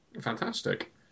Fantastic